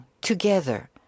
together